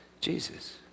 Jesus